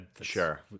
Sure